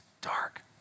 dark